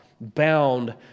bound